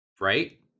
right